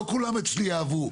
לא כולם אצלי אהבו.